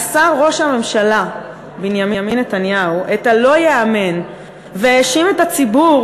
עשה ראש הממשלה בנימין נתניהו את הלא-ייאמן והאשים את הציבור,